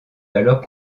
alors